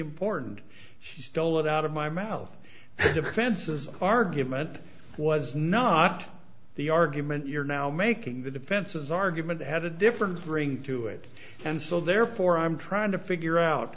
important she stole it out of my mouth defense's argument was not the argument you're now making the defense's argument has a different ring to it and so therefore i'm trying to figure out